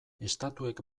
estatuek